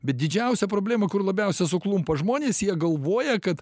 bet didžiausia problema kur labiausia suklumpa žmonės jie galvoja kad